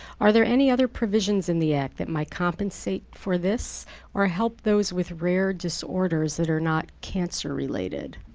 are there any other provisions in the act that might compensate for this or help those with rare disorders that are not cancer-related?